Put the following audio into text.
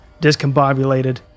discombobulated